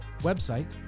website